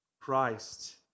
Christ